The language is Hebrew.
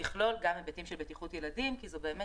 תכלול גם היבטים של בטיחות ילדים כי זו באמת